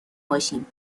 باشیم